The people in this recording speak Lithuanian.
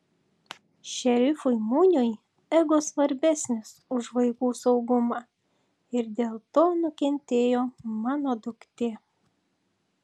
šerifui muniui ego svarbesnis už vaikų saugumą ir dėl to nukentėjo mano duktė